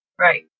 Right